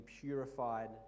purified